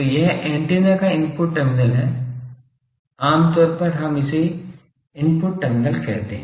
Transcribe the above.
तो यह एंटीना का इनपुट टर्मिनल है आमतौर पर हम इसे इनपुट टर्मिनल कहते हैं